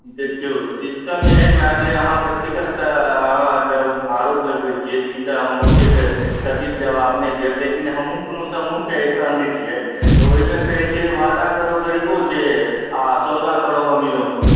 देखियौ सिस्टम एहन भए गेलै अहाँ व्यक्तिगत अहाँ जब आरोप लगबैत छियै ई तऽ हम ओतेक सटिक जवाब नहि देब लेकिन हमहूँ कोनो समूह कऽ एक अङ्ग छियै तऽ ओहिमे कहैत छै वादा करो गरीबो से आ सौदा करो अमीरो से